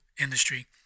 industry